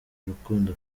urukundo